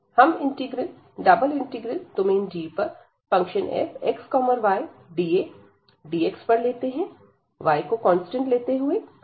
हम integral ∬DfxydA dx पर लेते हैं y को कांस्टेंट लेते हुए